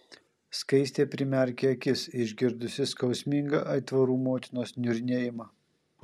skaistė primerkė akis išgirdusi skausmingą aitvarų motinos niurnėjimą